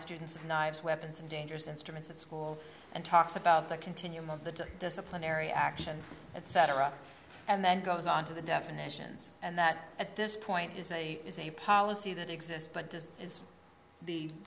students of knives weapons and dangerous instruments at school and talks about the continuum of the disciplinary action etc and then goes on to the definitions and that at this point is a is a policy that exists but this is the